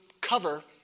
cover